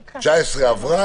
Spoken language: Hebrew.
2019. ב-2019 היא עברה,